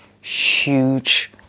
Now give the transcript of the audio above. huge